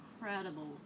incredible